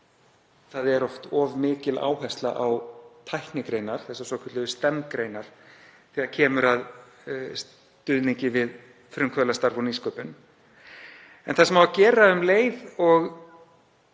það er oft of mikil áhersla á tæknigreinar, hinar svokölluðu STEM-greinar, þegar kemur að stuðningi við frumkvöðlastarf og nýsköpun. En það sem á að gera um leið og